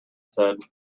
said